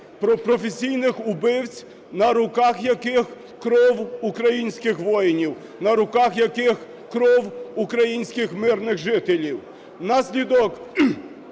про професійних вбивць, на руках яких кров українських воїнів, на руках яких кров українських мирних жителів. Внаслідок